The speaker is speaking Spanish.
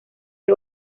que